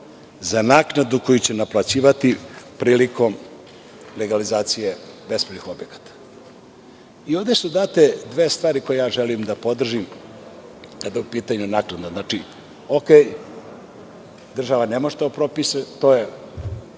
za naknadu koju će naplaćivati prilikom legalizacije bespravnih objekata. Ovde su date dve stvari koje želim da podržim kada je u pitanju naknada. Znači, u redu, država ne može to da propiše, to je